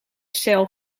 cel